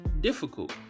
difficult